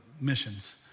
missions